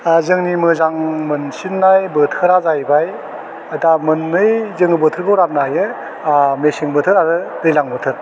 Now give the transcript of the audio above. ओह जोंनि मोजां मोनसिन्नाय बोथोरा जाहैबाय दा मोननै जोङो बोथोरखौ राननो हायो आह मेसें बोथोर आरो दैलां बोथोर